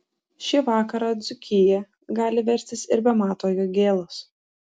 šį vakarą dzūkija gali verstis ir be mato jogėlos